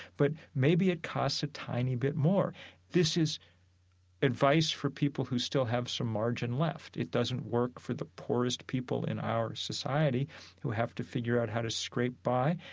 but maybe it costs a tiny bit more this is advice for people who still have some margin left. it doesn't work for the poorest people in our society who have to figure out how to scrape by.